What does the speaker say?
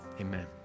amen